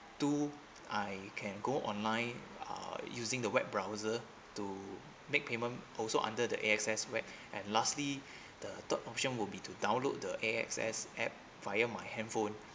two I can go online uh using the web browser to make payment also under the A_X_S web and lastly the third option would be to download the A_X_S app via my handphone